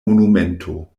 monumento